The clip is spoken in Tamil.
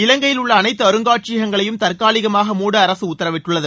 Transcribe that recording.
இலங்கையிலுள்ள அனைத்து அருங்காட்சியகங்களையும் தற்காலிகமாக மூட அரசு உத்தரவிட்டுள்ளது